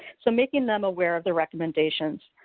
so making them aware of the recommendations.